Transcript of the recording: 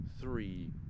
three